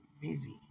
busy